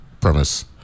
premise